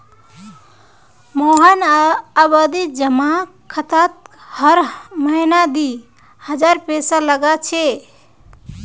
मोहन आवर्ती जमा खातात हर महीना दी हजार पैसा लगा छे